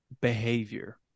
behavior